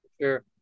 sure